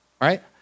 right